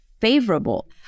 favorable